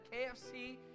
KFC